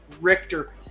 richter